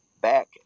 back